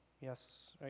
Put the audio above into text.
Yes